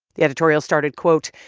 the editorial started, quote,